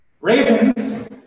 Ravens